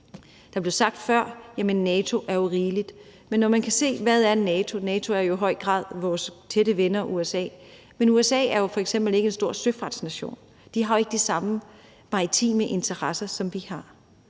Der blev sagt før: Jamen NATO er jo rigeligt. Men hvad er NATO? NATO er jo i høj grad vores tætte venner i USA. Men USA er jo f.eks. ikke en stor søfartsnation. De har ikke de samme maritime interesseR, som vi har,